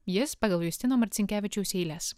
jis pagal justino marcinkevičiaus eiles